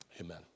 Amen